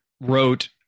wrote